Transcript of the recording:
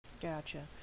Gotcha